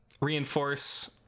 reinforce